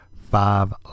five